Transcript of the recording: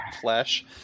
flesh